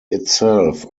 itself